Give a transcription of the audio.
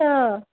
अछा